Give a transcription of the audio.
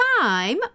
time